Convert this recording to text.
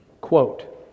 Quote